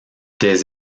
des